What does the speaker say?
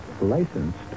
licensed